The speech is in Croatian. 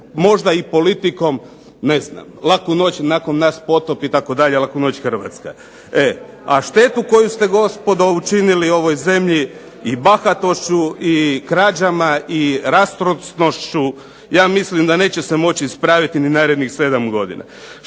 Možda i politikom Laku noć, nakon nas potop, Laku noć Hrvatska, a štetu koju ste gospodo učinili ovoj zemlji i bahatošću, i krađama i rastrošnošću ja mislim da se neće moći ispraviti ni narednih 7 godina.